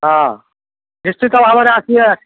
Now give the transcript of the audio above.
ହଁ ନିଶ୍ଚିତ ଭାବରେ ଆସିବେ